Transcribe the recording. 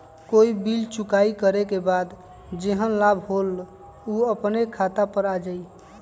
कोई बिल चुकाई करे के बाद जेहन लाभ होल उ अपने खाता पर आ जाई?